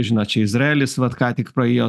žinot čia izraelis vat ką tik praėjo